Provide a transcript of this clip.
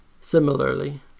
Similarly